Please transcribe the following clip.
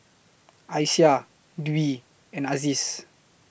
Aisyah Dwi and Aziz